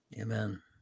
Amen